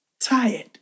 tired